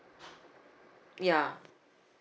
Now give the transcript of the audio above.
ya